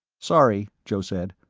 sorry, joe said.